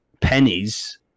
pennies